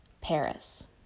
Paris